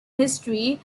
history